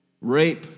rape